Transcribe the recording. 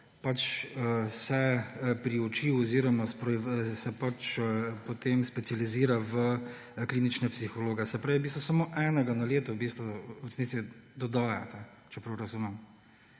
leto se priuči oziroma se potem specializira v klinične psihologe. Se pravi, da v bistvu samo enega na leto v bistvu v resnici dodajate, če prav razumem.